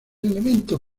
elemento